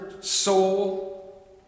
soul